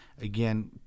Again